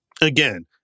again